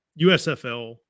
USFL